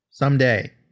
Someday